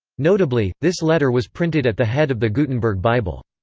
notably, this letter was printed at the head of the gutenberg bible.